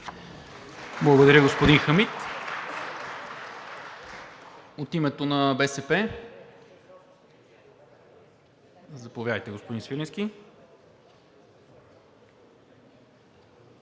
Благодаря, господин Хамид. От името на БСП – заповядайте, господин Свиленски.